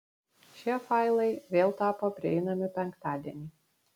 šie failai vėl tapo prieinami penktadienį